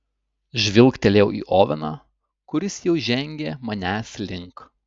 žvilgtelėjau į oveną kuris jau žengė manęs link